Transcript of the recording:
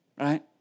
Right